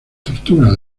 tortugas